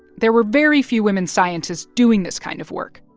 there were very few women scientists doing this kind of work.